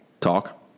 talk